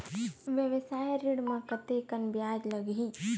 व्यवसाय ऋण म कतेकन ब्याज लगही?